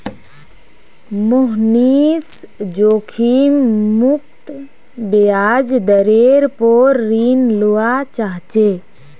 मोहनीश जोखिम मुक्त ब्याज दरेर पोर ऋण लुआ चाह्चे